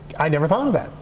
i never thought of that.